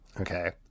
Okay